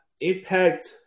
Impact